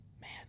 Man